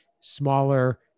smaller